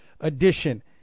edition